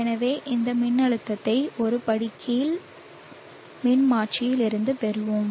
எனவே இந்த மின்னழுத்தத்தை ஒரு படி கீழ் மின்மாற்றியில் இருந்து பெறுவோம்